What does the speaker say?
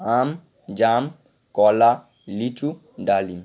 আম জাম কলা লিচু ডালিম